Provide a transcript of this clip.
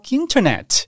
internet